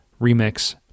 remix